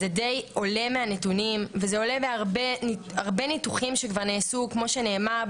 וזה די עולה מהנתונים וזה עולה מהרבה ניתוחים שכבר נעשו כמו שנאמר,